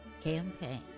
campaign